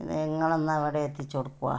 ഇത് നിങ്ങളൊന്ന് അവിടെ എത്തിച്ച് കൊടുക്കുവോ